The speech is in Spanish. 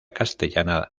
castellana